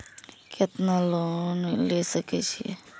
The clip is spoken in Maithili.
केतना लोन ले सके छीये?